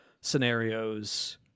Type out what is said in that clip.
scenarios